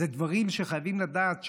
אלה דברים שחייבים לדעת,